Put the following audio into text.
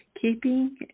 keeping